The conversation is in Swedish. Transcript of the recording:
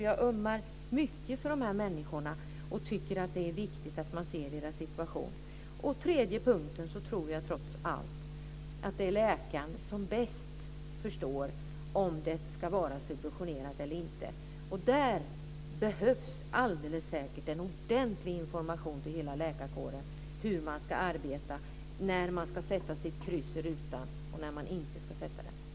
Jag ömmar mycket för de här människorna och tycker att det är viktigt att man ser deras situation. Och till sist tror jag trots allt att det är läkaren som bäst förstår om det ska vara subventionerat eller inte, och det behövs alldeles säkert en ordentlig information till hela läkarkåren om hur man ska arbeta, när man ska sätta sitt kryss i rutan och när man inte ska sätta dit det.